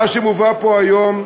מה שמובא פה היום,